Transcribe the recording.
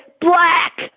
black